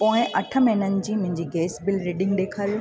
पोए अठ महिननि जी मुंहिंजे गैस बिल रीडिंग ॾेखारियो